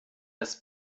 das